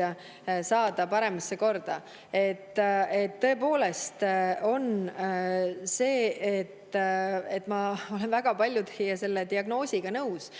asja paremasse korda. Tõepoolest, ma olen väga paljus teie diagnoosiga nõus.